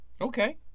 Okay